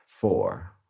four